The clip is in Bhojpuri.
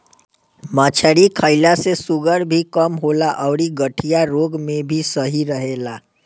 मछरी खईला से शुगर भी कम होला अउरी गठिया रोग में भी सही रहेला